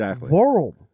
world